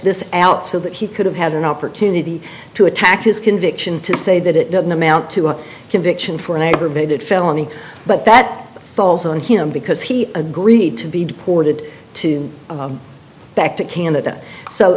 this out so that he could have had an opportunity to attack his conviction to say that it doesn't amount to a conviction for an aggravated felony but that falls on him because he agreed to be deported to back to canada so